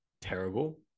terrible